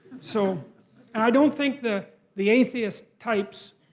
so and i don't think the the atheist types,